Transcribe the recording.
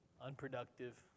unproductive